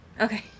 Okay